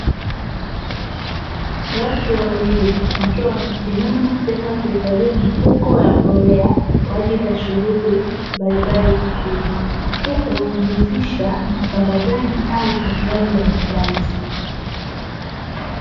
Watu wawili wakiwa wamesimama sehemu ya kuhifadhia mifuko ya mbolea kwa ajili ya shughuli mbalimbali za kilimo, huku wakijihusisha na usambazaji au upokeaji wa bidhaa hizo.